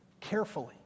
carefully